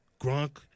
Gronk